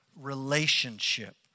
relationship